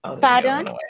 Pardon